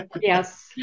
Yes